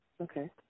Okay